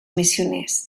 missioners